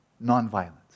non-violence